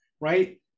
right